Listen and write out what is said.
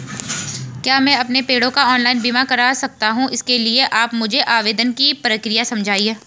क्या मैं अपने पेड़ों का ऑनलाइन बीमा करा सकता हूँ इसके लिए आप मुझे आवेदन की प्रक्रिया समझाइए?